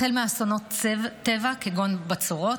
החל באסונות טבע כגון בצורות,